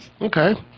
Okay